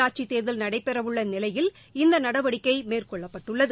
உள்ளாட்சித் தேர்தல் நடைபெறவுள்ள நிலையில் இந்த நடவடிக்கை மேற்கொள்ளப்பட்டுள்ளது